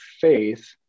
faith